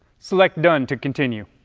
select done to continue.